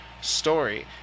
story